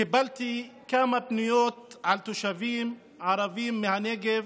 קיבלתי כמה פניות על תושבים ערבים מהנגב